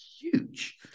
huge